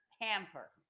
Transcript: hamper